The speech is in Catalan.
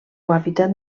hàbitat